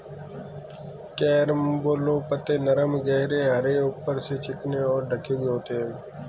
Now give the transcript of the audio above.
carambola पत्ते नरम गहरे हरे ऊपर से चिकने और ढके हुए होते हैं